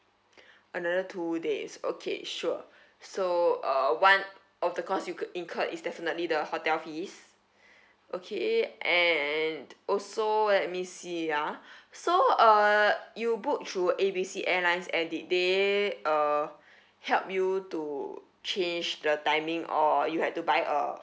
another two days okay sure so uh one of the cost you could incur is definitely the hotel fees okay and also let me see ah so uh you book through A B C airlines and did they uh help you to change the timing or you had to buy a